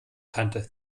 tante